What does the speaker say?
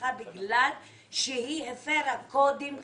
נרצחה בגלל שהיא הפירה קודים חברתיים.